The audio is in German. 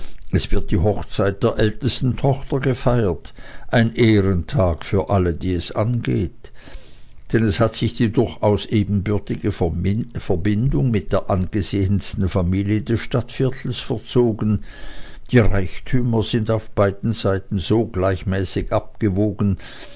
es wird die hochzeit der ältesten tochter gefeiert ein ehrentag für alle die es angeht denn es hat sich die durchaus ebenbürtige verbindung mit der angesehensten familie des stadtviertels vollzogen die reichtümer sind auf beiden seiten so gleichmäßig abgewogen